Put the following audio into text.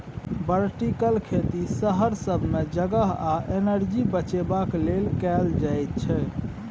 vertical खेती शहर सब मे जगह आ एनर्जी बचेबाक लेल कएल जाइत छै